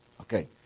Okay